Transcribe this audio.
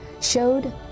showed